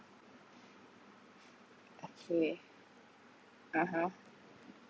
okay (uh huh)